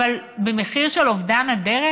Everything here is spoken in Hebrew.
אבל במחיר של אובדן הדרך.